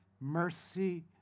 Mercy